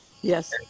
yes